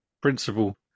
principle